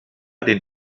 den